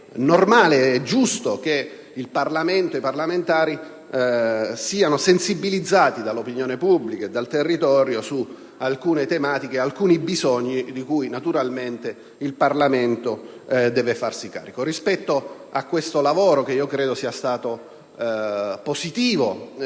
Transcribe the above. normale e giusto che il Parlamento e i parlamentari siano sensibilizzati dall'opinione pubblica e dal territorio su alcune tematiche e alcuni bisogni di cui naturalmente essi devono farsi carico. Credo che il lavoro parlamentare svolto sia stato positivo